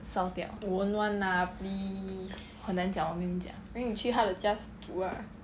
won't [one] lah please then 你去他的家煮 lah